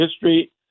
history